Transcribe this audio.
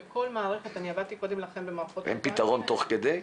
בכל מערכת עבדתי קודם לכן במערכות בנק --- אין פתרון תוך כדי?